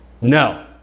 No